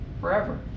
forever